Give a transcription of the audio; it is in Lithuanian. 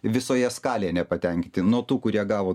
visoje skalėje nepatenkinti nuo tų kurie gavo